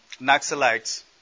Naxalites